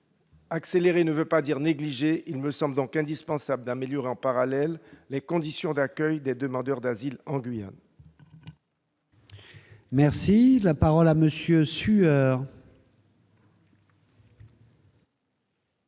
accélérer ne veut pas dire négliger. Il me semble donc indispensable d'améliorer en parallèle les conditions d'accueil des demandeurs d'asile en Guyane. La parole est à M.